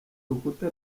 urukuta